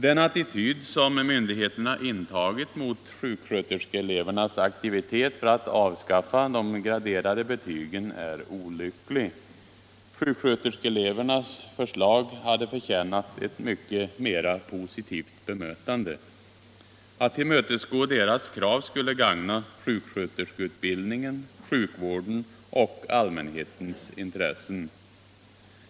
Den attityd som myndigheterna intagit mot sjuksköterskeelevernas Väårdyrkesutbild aktivitet för att avskaffa de graderade betygen är olycklig. Sjuksköterskeelevernas förslag hade förtjänat ett mycket mera positivt bemötande. " All tillmötesgå deras krav skulle gagna sjuksköterskeutbildningen, sjuk vården och allmänhetens intressen.